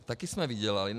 Také jsme vydělali.